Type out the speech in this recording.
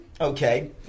Okay